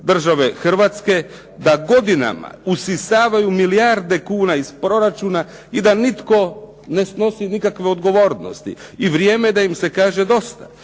države Hrvatske, da godinama usisavaju milijarde kuna iz proračuna i da nitko ne snosi nikakve odgovornosti i vrijeme je da im se kaže dosta.